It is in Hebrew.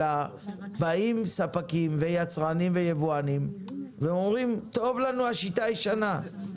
אלא באים ספקים ויצרנים ויבואנים והם אומרים 'טוב לנו השיטה הישנה'.